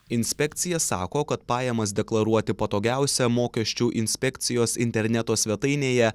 inspekcija sako kad pajamas deklaruoti patogiausia mokesčių inspekcijos interneto svetainėje